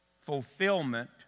fulfillment